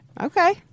Okay